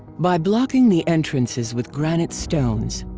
by blocking the entrances with granite stones,